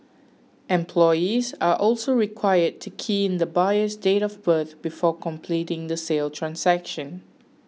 employees are also required to key in the buyer's date of birth before completing the sale transaction